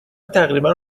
تقریبا